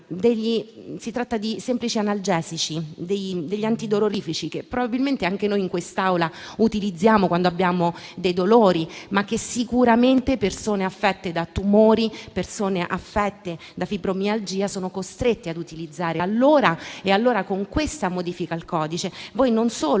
si tratta di semplici analgesici, antidolorifici che probabilmente anche noi in quest'Aula utilizziamo quando abbiamo dei dolori, ma che sicuramente persone affette da tumori o da fibromialgia sono costretti ad utilizzare. Allora, con questa modifica al codice voi andate